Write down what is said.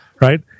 right